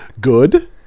good